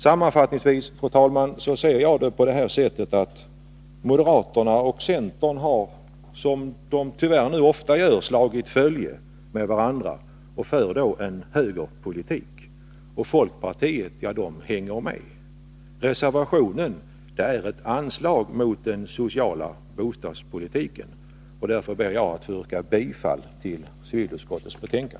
Sammanfattningsvis, fru talman, ser jag läget så, att moderaterna och centern, som de tyvärr nu ofta gör, har slagit följe med varandra och då för en högerpolitik och att folkpartiet hänger med. Reservationen är ett anslag mot den sociala bostadspolitiken, och därför ber jag att få yrka bifall till civilutskottets hemställan.